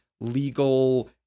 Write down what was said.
legal